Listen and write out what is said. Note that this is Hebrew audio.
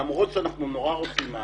למרות שאנחנו נורא רוצים מים.